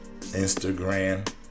Instagram